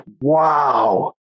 wow